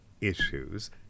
issues